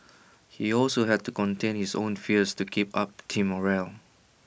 he also had to contain his own fears to keep up team morale